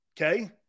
Okay